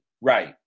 Right